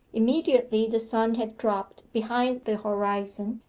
immediately the sun had dropped behind the horizon,